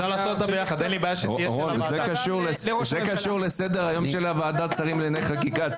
זה קשור לסדר היום של ועדת השרים לענייניי חקיקה,